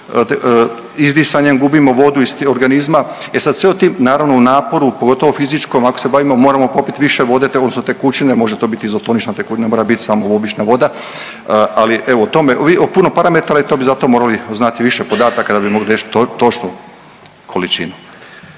izdisanjem gubimo vodu iz organizma. E sad sve o tim, naravno u naporu, pogotovo fizičkom ako se bavimo moramo popit više vode odnosno tekućine, može to biti izotonična tekućina, ne mora biti samo obična voda, ali evo o tome, o puno parametara i to bi za to morali znati više podataka da bi mogli reći točnu količinu.